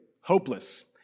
hopeless